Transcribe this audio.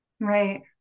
Right